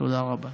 תודה רבה.